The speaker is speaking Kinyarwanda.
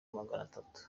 maganatatu